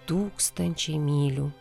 tūkstančiai mylių